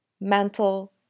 mental